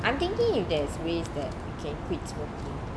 I'm thinking if there's ways that can quit smoking